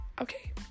Okay